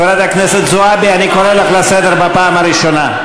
חברת הכנסת זועבי, אני קורא אותך לסדר פעם ראשונה.